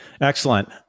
excellent